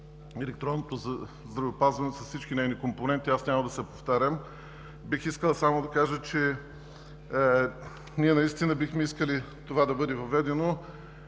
електронното здравеопазване с всички нейни компоненти, няма да се повтарям. Бих искал само да кажа, че ние наистина бихме искали това да бъде въведено